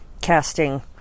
casting